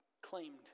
Claimed